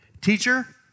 Teacher